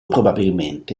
probabilmente